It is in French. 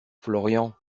florian